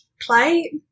play